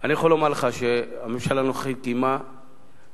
אני יכול לומר לכם שהממשלה הנוכחית קיימה לפחות